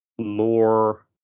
more